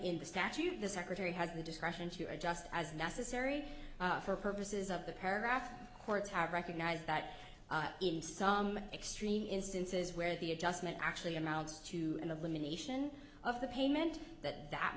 in the statute the secretary has the discretion to adjust as necessary for purposes of the paragraph courts have recognized that in some extreme instances where the adjustment actually amounts to an elimination of the pain meant that that